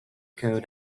code